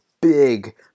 big